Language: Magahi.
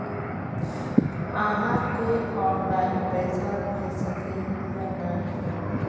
आहाँ के ऑनलाइन पैसा भेज सके है नय?